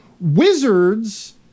Wizards